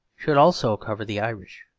should also cover the irish.